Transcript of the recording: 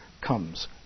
comes